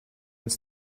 ins